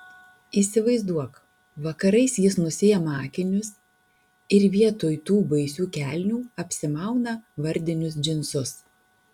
įsivaizduok vakarais jis nusiima akinius ir vietoj tų baisių kelnių apsimauna vardinius džinsus